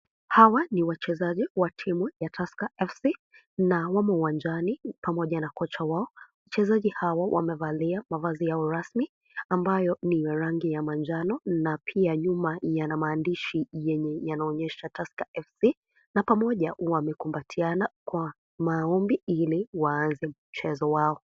Hawa ni wachezaji wa timu ya Tusker FC na wamo uwanjani pamoja na kocha wao, wachezaji hao wamevalia mavazi yao rasmi ambayo ni ya rangi ya manjano na pia nyuma yana maandishi yenye yanayoonyesha Tusker FC na pamoja wamekumbatiana kwa maombi iliwaanze